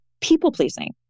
people-pleasing